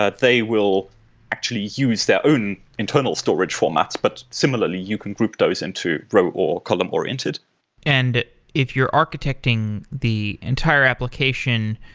they will actually use their own internal storage formats. but similarly, you can group those into row or column-oriented and if you're architecting the entire application,